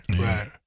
right